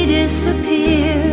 disappear